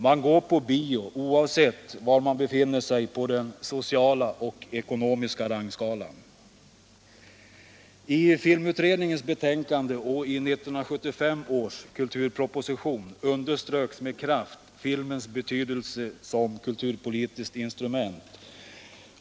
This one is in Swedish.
Man går på bio oavsett var man befinner sig på den sociala och ekonomiska rangskalan. I filmutredningens betänkande och i 1975 års kulturproposition underströks med kraft filmens betydelse som kulturpolitiskt instrument.